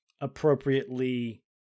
appropriately